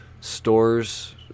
stores